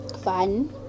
fun